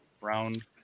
Round